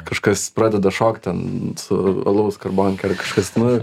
kažkas pradeda šokt ten su alaus skarbonke ar kažkas nu